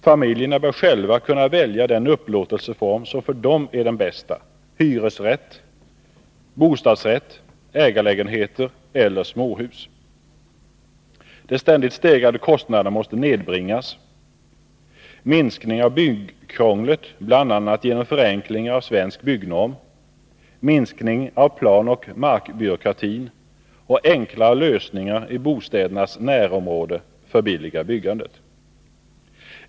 Familjerna bör själva kunna välja den upplåtelseform som för dem är den bästa — hyresrätt, bostadsrätt, ägarlägenhet eller småhus. De ständigt stegrade kostnaderna måste nedbringas. Minskning av byggkrånglet, bl.a. genom förenklingar av Svensk byggnorm, minskning av planoch markbyråkratin och enklare lösningar i bostädernas närområde förbilligar byggandet.